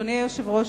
אדוני היושב-ראש,